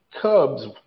Cubs